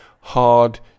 hard